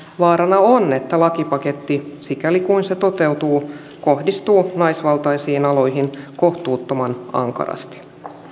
vaarana on että lakipaketti sikäli kuin se toteutuu kohdistuu naisvaltaisiin aloihin kohtuuttoman ankarasti